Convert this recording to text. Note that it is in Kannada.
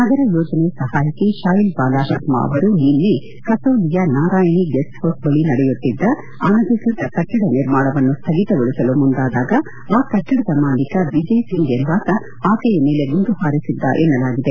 ನಗರ ಯೋಜನೆ ಸಹಾಯಕಿ ಶಾಯಿಲ್ಬಾಲಾ ಶರ್ಮಾ ಅವರು ನಿನ್ನೆ ಕಸೌಲಿಯ ನಾರಾಯಣಿ ಗೆಸ್ಟ್ ಹೌಸ್ ಬಳಿ ನಡೆಯುತ್ತಿದ್ದ ಅನಧಿಕೃತ ಕಟ್ಟಡ ನಿರ್ಮಾಣವನ್ನು ಸ್ಥಗಿತಗೊಳಿಸಲು ಮುಂದಾದಾಗ ಆ ಕಟ್ಟಡದ ಮಾಲೀಕ ವಿಜಯ್ ಸಿಂಗ್ ಎಂಬಾತ ಆಕೆಯ ಮೇಲೆ ಗುಂಡು ಹಾರಿಸಿದ್ದ ಎನ್ನಲಾಗಿದೆ